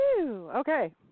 Okay